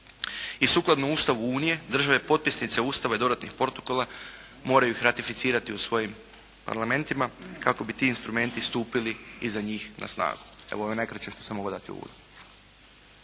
i sukladno Ustavu unije, države potpisnice Ustava i dodatnih protokola moraju ih ratificirati u svojim parlamentima kako bi ti instrumenti stupili iza njih na snagu. Evo, ovo je najkraće što sam mogao dati u uvodu.